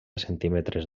centímetres